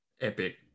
epic